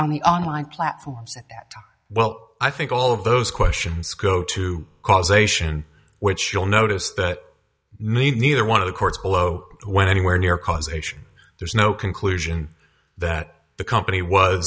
on the on line platforms well i think all of those questions go to causation which you'll notice that made neither one of the courts below went anywhere near causation there's no conclusion that the company was